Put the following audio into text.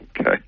Okay